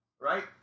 right